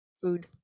food